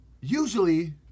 usually